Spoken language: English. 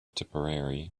tipperary